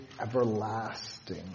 everlasting